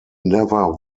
never